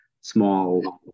small